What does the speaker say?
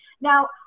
Now